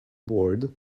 bored